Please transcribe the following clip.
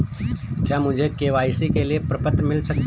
क्या मुझे के.वाई.सी के लिए प्रपत्र मिल सकता है?